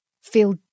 feel